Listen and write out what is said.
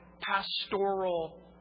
pastoral